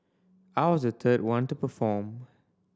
I was the third one to perform